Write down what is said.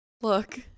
Look